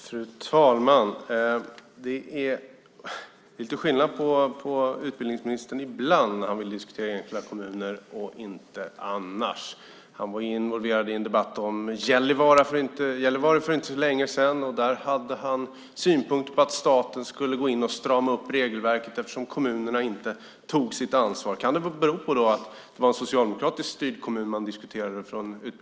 Fru talman! Ibland vill utbildningsministern diskutera enskilda kommuner och ibland inte. För inte så länge sedan var han involverad i en debatt om Gällivare. Där hade han synpunkter på att staten skulle gå in och strama upp regelverket eftersom kommunen inte tog sitt ansvar. Kan det ha berott på att det var en socialdemokratiskt styrd kommun man diskuterade?